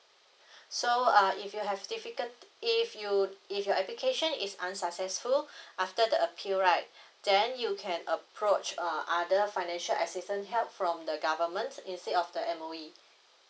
so uh if you have difficult if you if your application is unsuccessful after the appeal right then you can approach uh other financial assistance help from the government instead of the M_O_E